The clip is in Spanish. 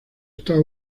estas